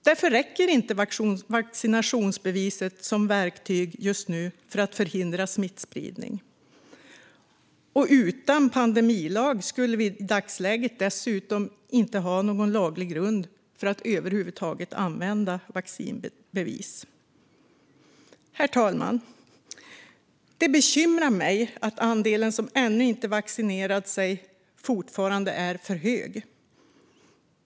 Därför räcker inte vaccinationsbeviset som verktyg just nu för att förhindra smittspridning. Och utan pandemilag skulle vi i dagsläget dessutom inte ha någon laglig grund för att över huvud taget använda vaccinationsbevis. Herr talman! Det bekymrar mig att den andel som ännu inte vaccinerat sig fortfarande är för hög.